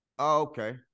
Okay